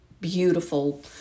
beautiful